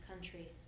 country